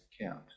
count